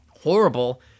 horrible